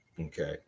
Okay